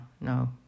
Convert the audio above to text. no